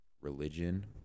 Religion